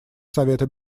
совета